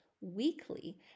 weekly